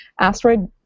Asteroid